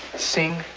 sing,